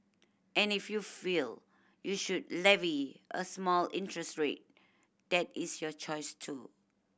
and if you feel you should levy a small interest rate that is your choice too